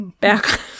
Back